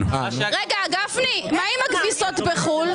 לעשות כביסות בחו"ל.